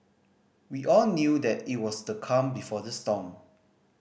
we all knew that it was the calm before the storm